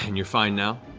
and you're fine now.